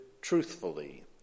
truthfully